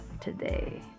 today